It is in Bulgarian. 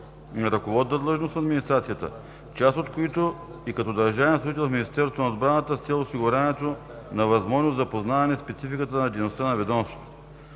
ръководна длъжност в администрацията, част от които, и като държавен служител в Министерството на отбраната с цел осигуряването на възможност за познаване спецификата на дейността на ведомството.